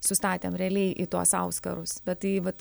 sustatėm realiai į tuos auskarus bet tai vat